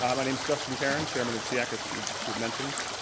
um name is justin caron, chairman of seac as she she had mentioned.